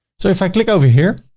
so if i click over here,